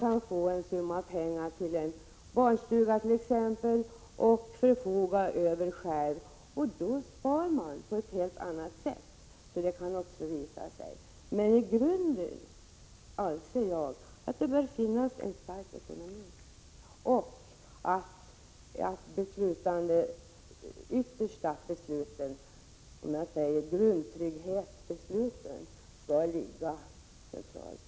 själv få en summa pengar till en barnstuga att förfoga över, och då spar man på ett helt annat sätt. Men i grunden anser jag att det bör finnas en stark ekonomi och att de yttersta besluten som gäller grundtryggheten skall fattas centralt.